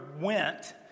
went